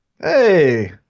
Hey